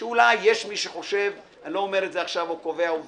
שאולי יש מי שחושב אני לא קובע עכשיו